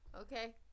Okay